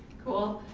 cool?